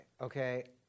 okay